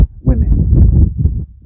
women